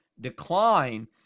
decline